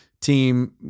team